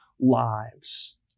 lives